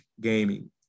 gaming